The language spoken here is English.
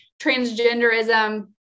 transgenderism